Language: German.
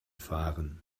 fahren